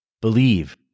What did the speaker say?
Believe